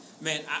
Man